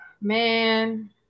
Man